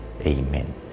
Amen